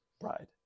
bride